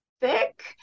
thick